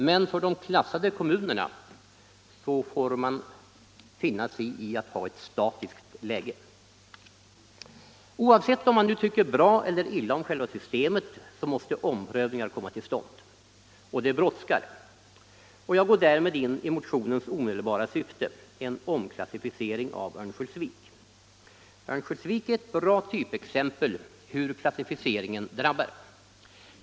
Men i de klassade kommunerna får man finna sig i att ha ett statiskt läge. Oavsett om man nu tycker bra eller illa om själva systemet, så måste omprövningar komma till stånd. Och det brådskar! Jag går därmed in i motionens omedelbara syfte: en omklassificering av Örnsköldsvik. Örnsköldsvik är ett bra exempel på hur klassificeringen drabbar.